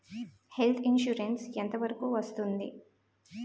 Health insurance ఎంత వరకు వస్తుంది?